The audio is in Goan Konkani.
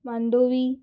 मांडवी